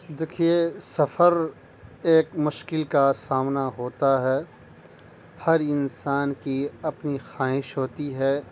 دیکھیے سفر ایک مشکل کا سامنا ہوتا ہے ہر انسان کی اپنی خواہش ہوتی ہے